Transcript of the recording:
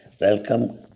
welcome